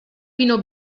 pino